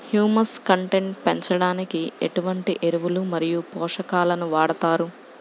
Humus content పెంచడానికి ఎటువంటి ఎరువులు మరియు పోషకాలను వాడతారు?